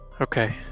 Okay